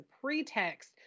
pretext